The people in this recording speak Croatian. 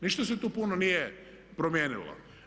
Ništa se tu puno nije promijenilo.